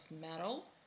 metal